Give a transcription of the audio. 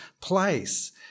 place